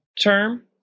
term